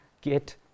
get